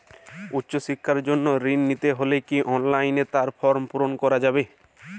উচ্চশিক্ষার জন্য ঋণ নিতে হলে কি অনলাইনে তার ফর্ম পূরণ করা যাবে?